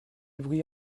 bruit